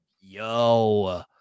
Yo